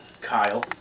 Kyle